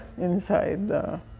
inside